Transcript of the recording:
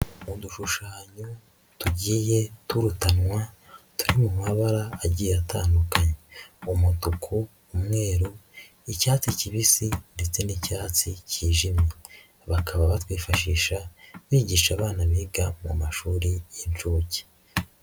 Udushushanyo tugiye turutanwa turi mu mabara agiye atandukanye umutuku, umweru, icyatsi kibisi ndetse n'icyatsi kijimye bakaba batwifashisha bigisha abana biga mu mashuri y'inshuke.